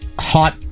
hot